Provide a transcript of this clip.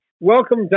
Welcome